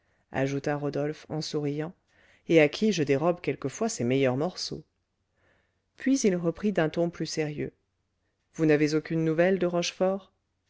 ajouta rodolphe en souriant et à qui je dérobe quelquefois ses meilleurs morceaux puis il reprit d'un ton plus sérieux vous n'avez aucune nouvelle de